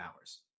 hours